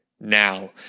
now